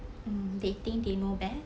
mm they think they know best